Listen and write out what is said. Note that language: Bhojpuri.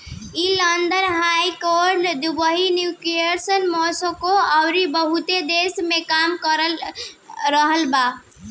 ई London, Hong Kong, Dubai, New York, Moscow अउरी बहुते देश में काम कर रहल बा